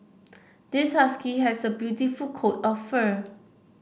this husky has a beautiful coat of fur